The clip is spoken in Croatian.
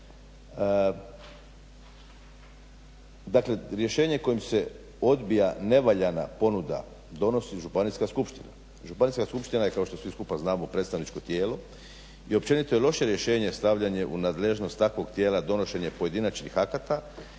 Dakle, rješenje kojim se odbija nevaljana ponuda donosi županijska skupština. Županijska skupština je kao što svi skupa znamo predstavničko tijelo i općenito je loše rješenje stavljanje u nadležnost takvog tijela donošenje pojedinačnih akata